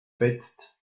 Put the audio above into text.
fetzt